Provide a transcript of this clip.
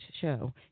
show